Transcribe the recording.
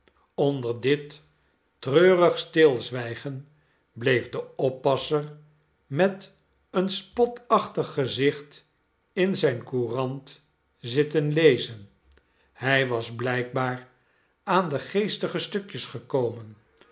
onder dit treurig stilzwijgen bleef de oppasser met een spotachtig gezicht in zijne courant zitten lezen hij was blijkbaar aan de geestige stukjes gekomen